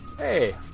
Hey